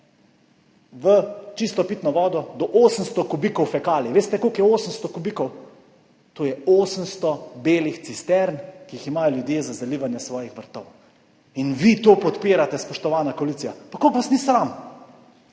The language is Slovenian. v čisto pitno vodo do 800 kubikov fekalij. Veste, koliko je 800 kubikov? To je 800 belih cistern, ki jih imajo ljudje za zalivanje svojih vrtov. In vi to podpirate, spoštovana koalicija! Pa kako vas ni sram?